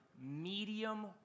Medium